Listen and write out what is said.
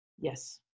Yes